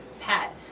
Pat